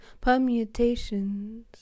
permutations